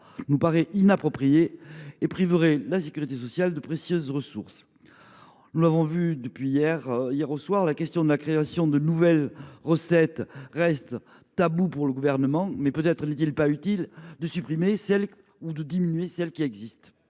nous paraît inapproprié, car il priverait la sécurité sociale de précieuses ressources. Nous l’avons vu depuis hier soir, la création de nouvelles recettes reste un tabou pour le Gouvernement, mais peut être n’est il pas nécessaire de supprimer ou de réduire celles qui existent…